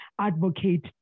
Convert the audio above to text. Advocate